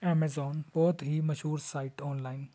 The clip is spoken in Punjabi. ਐਮਾਜੋਨ ਬਹੁਤ ਹੀ ਮਸ਼ਹੂਰ ਸਾਈਟ ਔਨਲਾਈਨ